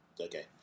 Okay